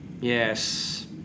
Yes